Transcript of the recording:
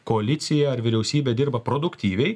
koalicija ar vyriausybė dirba produktyviai